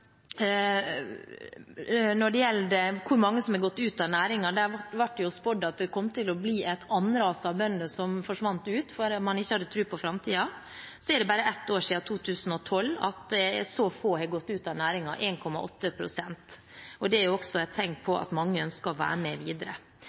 det kom til å bli et ras av bønder som ville forsvinne ut, fordi man ikke hadde tro på framtiden. Så er det bare ett år siden 2012 at så få har gått ut av næringen – 1,8 pst. Det er et tegn på at mange ønsker å være med videre.